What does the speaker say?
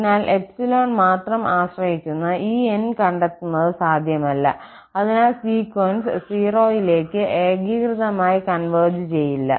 അതിനാൽ 𝜖 മാത്രം ആശ്രയിക്കുന്ന ഈ 𝑁 കണ്ടെത്തുന്നത് സാധ്യമല്ല അതിനാൽ സീക്വൻസ് 0 ലേക്ക് ഏകീകൃതമായി കൺവെർജ് ചെയ്യില്ല